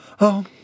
Oh